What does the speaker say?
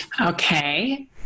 Okay